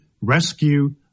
rescue